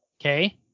Okay